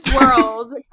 world